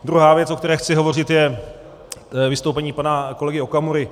Druhá věc, o které chci hovořit, je vystoupení pana kolegy Okamury.